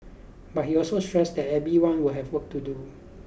but he also stressed that everyone will have work to do